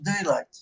daylight